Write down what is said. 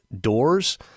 doors